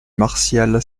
martial